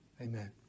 Amen